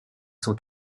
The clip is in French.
sont